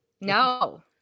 No